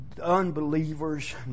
unbelievers